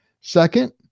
Second